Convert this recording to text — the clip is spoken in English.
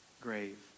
grave